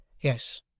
Yes